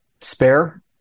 spare